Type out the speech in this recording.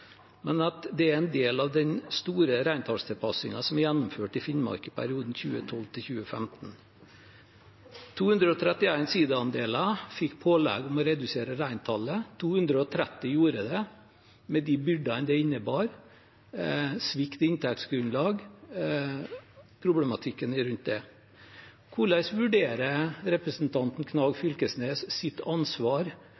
men en del av den store reintallstilpassingen som er gjennomført i Finnmark i perioden 2005–2015. 231 sida-andeler fikk pålegg om å redusere reintallet. 230 gjorde det, med de byrdene det innebar – svikt i inntektsgrunnlag og problematikken rundt det. Hvordan vurderer representanten Knag